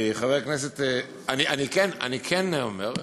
אני כן אומר,